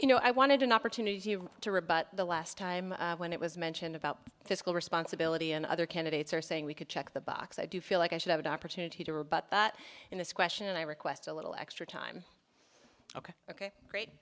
you know i wanted an opportunity to rebut the last time when it was mentioned about fiscal responsibility and other candidates are saying we could check the box i do feel like i should have an opportunity to rebut in this question and i request a little extra time ok ok great